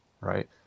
Right